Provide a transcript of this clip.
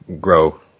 grow